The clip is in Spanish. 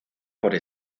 por